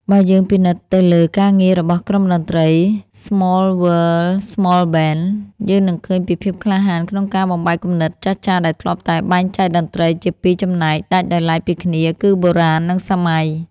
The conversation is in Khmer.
បើយើងពិនិត្យទៅលើការងាររបស់ក្រុមតន្ត្រី ស្ម័លវើល ស្ម័លប៊ែន (SmallWorld SmallBand) យើងនឹងឃើញពីភាពក្លាហានក្នុងការបំបែកគំនិតចាស់ៗដែលធ្លាប់តែបែងចែកតន្ត្រីជាពីរចំណែកដាច់ដោយឡែកពីគ្នា គឺបុរាណ និងសម័យ។